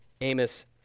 Amos